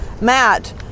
Matt